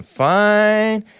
fine